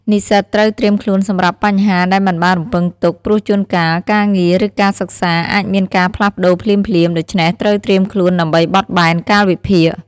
និស្សិតត្រូវត្រៀមខ្លួនសម្រាប់បញ្ហាដែលមិនបានរំពឹងទុក ព្រោះជួនកាលការងារ ឬការសិក្សាអាចមានការផ្លាស់ប្ដូរភ្លាមៗ ដូច្នេះត្រូវត្រៀមខ្លួនដើម្បីបត់បែនកាលវិភាគ។